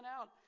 out